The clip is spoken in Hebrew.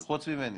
אז --- חוץ ממני,